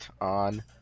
on